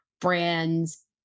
brand's